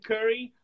Curry